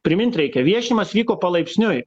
primint reikia viešinimas vyko palaipsniui